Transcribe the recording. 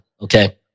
Okay